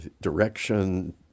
direction